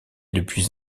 depuis